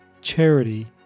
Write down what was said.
charity